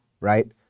right